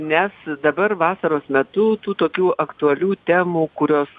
nes dabar vasaros metu tų tokių aktualių temų kurios